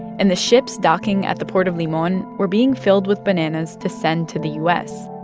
and the ships docking at the port of limon were being filled with bananas to send to the u s.